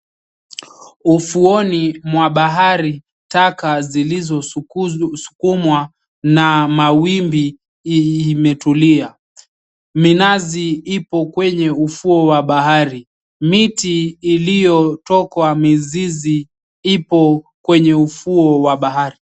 Ufuoni mwa bahari taka zilizoskumwa na mawimbi imetulia. Minazi ipo kwenye ufuo wa bahari, miti iliyotokwa mizizi ipo kwenye ufuo wa bahari.